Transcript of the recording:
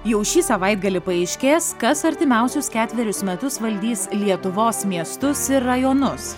jau šį savaitgalį paaiškės kas artimiausius ketverius metus valdys lietuvos miestus ir rajonus